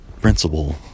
principle